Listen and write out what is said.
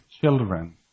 children